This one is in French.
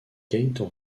gaëtan